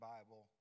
Bible